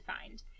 find